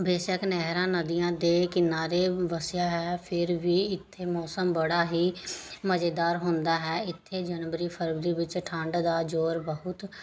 ਬੇਸ਼ੱਕ ਨਹਿਰਾਂ ਨਦੀਆਂ ਦੇ ਕਿਨਾਰੇ ਵਸਿਆ ਹੈ ਫਿਰ ਵੀ ਇੱਥੇ ਮੌਸਮ ਬੜਾ ਹੀ ਮਜ਼ੇਦਾਰ ਹੁੰਦਾ ਹੈ ਇੱਥੇ ਜਨਵਰੀ ਫਰਵਰੀ ਵਿੱਚ ਠੰਡ ਦਾ ਜ਼ੋਰ ਬਹੁਤ